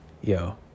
yo